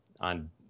on